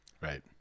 right